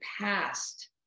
past